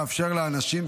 לאפשר לאנשים,